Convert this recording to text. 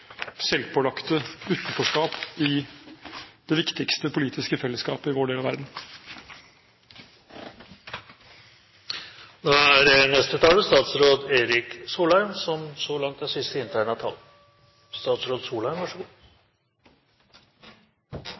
selvpålagte utenforskap i det viktigste politiske fellesskapet i vår del av verden. Det er